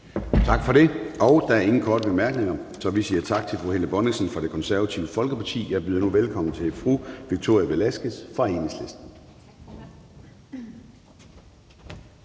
Tak for det. Der er ingen korte bemærkninger, så vi siger tak til fru Helle Bonnesen fra Det Konservative Folkeparti. Jeg byder nu velkommen til fru Victoria Velasquez fra Enhedslisten.